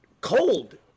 cold